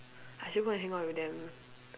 I should go and hang out with them